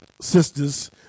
sisters